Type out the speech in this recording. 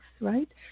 right